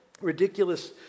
Ridiculous